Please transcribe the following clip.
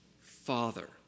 Father